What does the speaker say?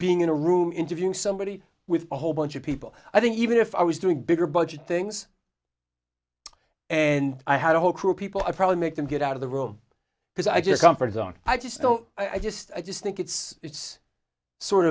being in a room interviewing somebody with a whole bunch of people i think even if i was doing bigger budget things and i had a whole crew of people i'd probably make them get out of the room because i just comfort zone i just don't i just i just think it's it's sort